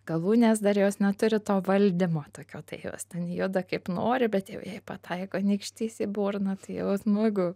galūnės dar jos neturi to valdymo tokio tai jos ten juda kaip nori bet jau jei pataiko nykštys į burną tai jau smagu